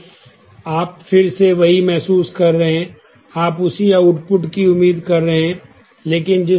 तो आप फिर से वही महसूस कर रहे हैं आप उसी आउटपुट में सही अवश्य होना चाहिए